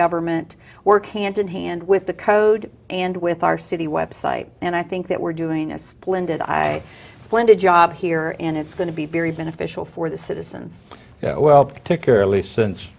government work hand in hand with the code and with our city website and i think that we're doing a splendid i splendid job here and it's going to be very beneficial for the citizens well particularly since